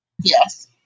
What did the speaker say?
yes